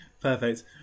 Perfect